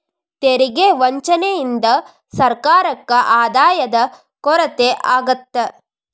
ತೆರಿಗೆ ವಂಚನೆಯಿಂದ ಸರ್ಕಾರಕ್ಕ ಆದಾಯದ ಕೊರತೆ ಆಗತ್ತ